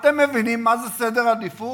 אתם מבינים מה זה סדר עדיפות?